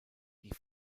die